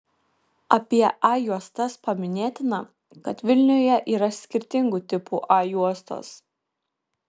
apie a juostas paminėtina kad vilniuje yra skirtingų tipų a juostos